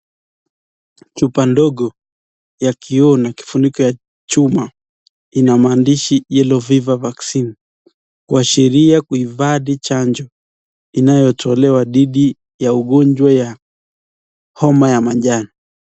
Chupa ndogo ya kioo na kifuniko ya chuma ina maandishi Yellow Fever Vaccine kuashiria kuhifadhi chanjo inayotolewa dhidi ya ugonjwa wa homa ya majani.